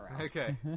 Okay